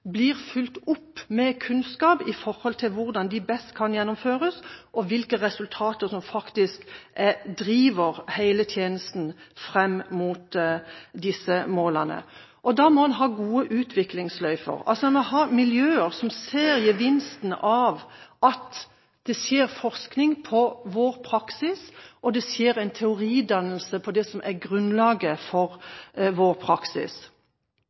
blir fulgt opp med kunnskap om hvordan de best kan gjennomføres, og hvilke resultater som faktisk driver hele tjenesten fram mot disse målene. Da må en ha gode utviklingssløyfer. En må ha miljøer som ser gevinsten av at det skjer forskning på vår praksis, og at det skjer en teoridannelse på det som er grunnlaget for vår praksis.